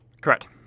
Correct